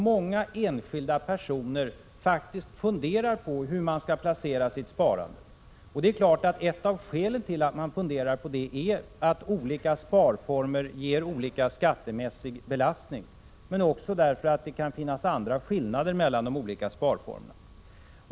Många enskilda personer funderar faktiskt på hur de skall placera sitt sparande. Ett av skälen till att man funderar på det är att olika sparformer får olika skattemässig belastning. Det kan ju finnas andra skillnader mellan de olika sparformerna.